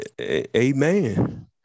Amen